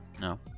No